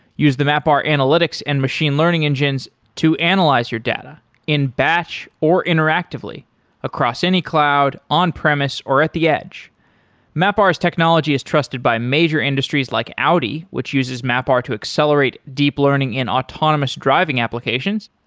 use the mapr analytics and machine learning engines to analyze your data in batch, or interactively across any cloud, on premise, or at the edge mapr's technology is trusted by major industries like audi, which uses mapr to accelerate deep learning in autonomous driving applications.